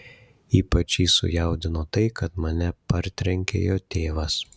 ypač jį sujaudino tai kad mane partrenkė jo tėvas